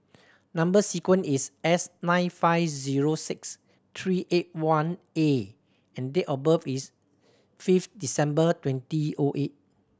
number sequence is S nine five zero six three eight one A and date of birth is fifth December twenty O eight